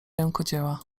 rękodzieła